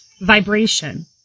vibration